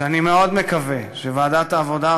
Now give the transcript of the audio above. שאני מאוד מקווה שוועדת העבודה,